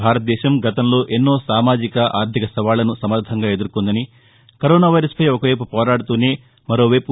భారతదేశం గతంలో ఎన్నో సామాజిక ఆర్గిక సవాళ్ళను సమర్గంగా ఎదుర్కొందని కరోనా వైరస్పై ఒక వైపు పోరాడుతూనే మరోవైపు